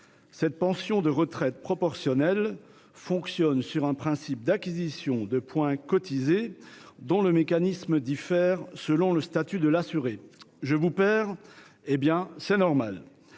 Cette pension de retraite proportionnelle fonctionne sur un principe d'acquisition de points cotisés, dont le mécanisme diffère selon le statut de l'assuré. Je vous perds ?... C'est normal